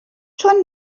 چون